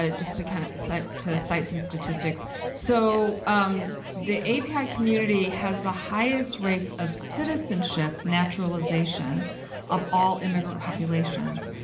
ah just to kind of cite to cite some statistics so um the aapi community has the highest rates of citizenship naturalization of all immigrant populations,